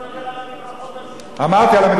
אמרתי, על המדרכות אני מסכים.